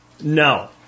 no